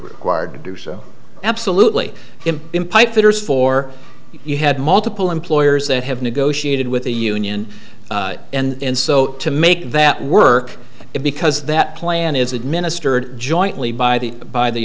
required to do so absolutely in pipefitters for you had multiple employers that have negotiated with the union and so to make that work because that plan is administered jointly by the by the